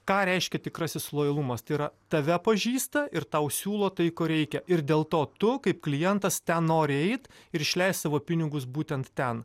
ką reiškia tikrasis lojalumas tai yra tave pažįsta ir tau siūlo tai ko reikia ir dėl to tu kaip klientas ten nori eit ir išleist savo pinigus būtent ten